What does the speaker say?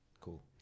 Cool